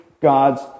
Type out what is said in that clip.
God's